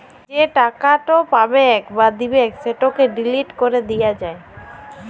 যে টাকাট পাবেক বা দিবেক সেটকে ডিলিট ক্যরে দিয়া যায়